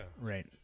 Right